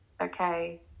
okay